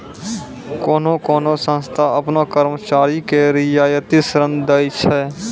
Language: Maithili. कोन्हो कोन्हो संस्था आपनो कर्मचारी के रियायती ऋण दै छै